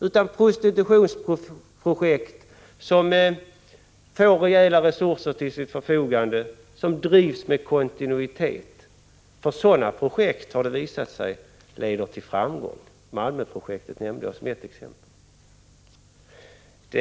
Men prostitutionsprojekt som får rejäla resurser till sitt förfogande och som drivs med kontinuitet har visat sig leda till framgång. Jag nämnde Malmöprojektet som exempel.